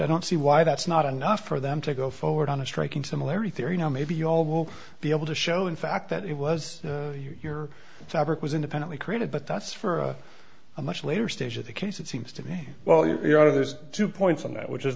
i don't see why that's not enough for them to go forward on a striking similarity theory now maybe y'all will be able to show in fact that it was your fabric was independently created but that's for a much later stage of the case it seems to me well you know there's two points on that which is